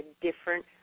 different